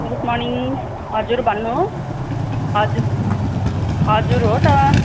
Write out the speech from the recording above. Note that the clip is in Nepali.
गुड मर्निङ हजुर भन्नुहोस् हजुर हजुर हो त